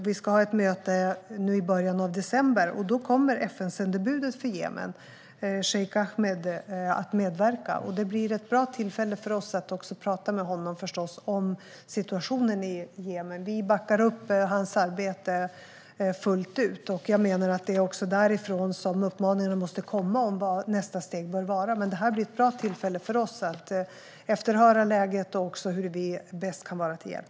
Vi ska ha ett möte i början av december, och då kommer FN-sändebudet för Jemen, Cheikh Ahmed, att medverka. Det blir ett bra tillfälle för oss att tala med honom om situationen i Jemen. Vi backar upp hans arbete fullt ut, och jag menar att det är därifrån som uppmaningarna måste komma om vad nästa steg bör vara. Det blir ett bra tillfälle för oss att höra oss för om läget och om hur vi bäst kan vara till hjälp.